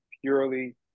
purely